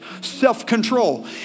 self-control